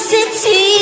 City